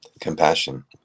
compassion